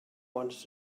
wanted